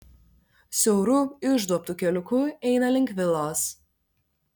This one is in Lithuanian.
siauru išduobtu keliuku eina link vilos